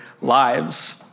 lives